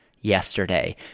yesterday